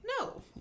No